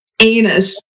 anus